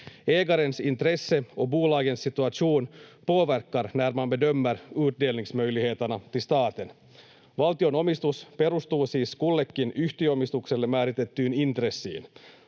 Ägarens intresse och bolagens situation påverkar när man bedömer utdelningsmöjligheterna till staten. Valtion omistus perustuu siis kullekin yhtiöomistukselle määritettyyn intressiin.